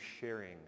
sharing